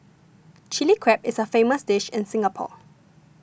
Chilli Crab is a famous dish in Singapore